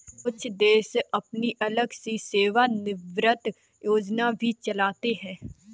कुछ देश अपनी अलग से सेवानिवृत्त योजना भी चलाते हैं